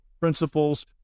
principles